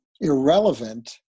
irrelevant